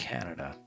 Canada